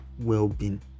well-being